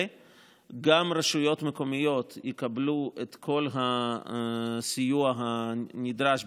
וגם הרשויות המקומיות יקבלו את כל הסיוע הנדרש,